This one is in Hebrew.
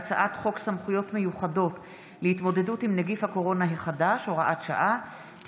ברשות יושב-ראש הישיבה,